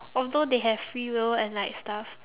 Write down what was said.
although they have free will and like stuff